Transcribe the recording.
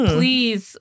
Please